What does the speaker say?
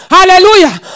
Hallelujah